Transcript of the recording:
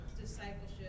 discipleship